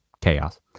chaos